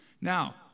Now